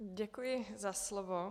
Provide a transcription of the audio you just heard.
Děkuji za slovo.